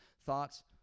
thoughts